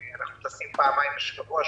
אנחנו טסים פעמיים בשבוע,